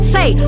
Say